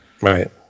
Right